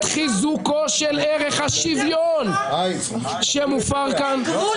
חיזוקו של ערך השוויון ----- אין גבול